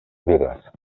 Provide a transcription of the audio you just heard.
vigas